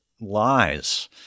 lies